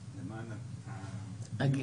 האחת,